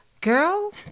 Girl